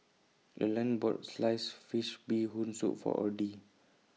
Lurline bought Sliced Fish Bee Hoon Soup For Odie